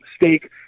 mistake